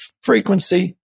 Frequency